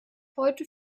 heute